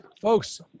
folks